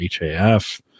HAF